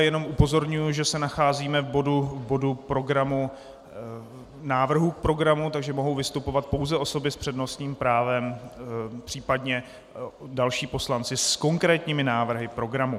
Jenom upozorňuji, že se nacházíme v bodu návrhů k programu, takže mohou vystupovat pouze osoby s přednostním právem, případně další poslanci s konkrétními návrhy programu.